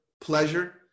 pleasure